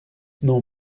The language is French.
non